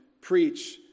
preach